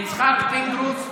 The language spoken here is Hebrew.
יצחק פינדרוס,